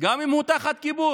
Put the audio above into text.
גם אם הוא תחת כיבוש,